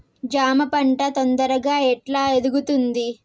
జామ పంట తొందరగా ఎట్లా ఎదుగుతుంది?